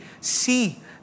see